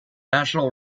national